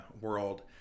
world